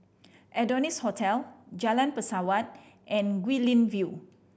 Adonis Hotel Jalan Pesawat and Guilin View